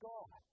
God